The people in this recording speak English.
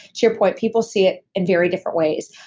to your point, people see it in very different ways.